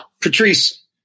Patrice